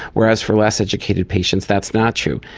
whereas for less educated patients that's not true.